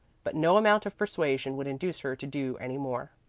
but no amount of persuasion would induce her to do any more.